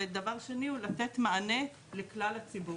ודבר שני הוא לתת מענה לכלל הציבור.